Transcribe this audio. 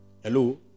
Hello